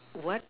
what